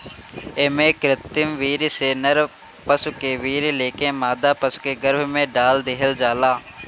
एमे कृत्रिम वीर्य से नर पशु के वीर्य लेके मादा पशु के गर्भ में डाल देहल जाला